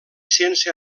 sense